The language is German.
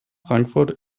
frankfurt